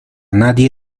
nadie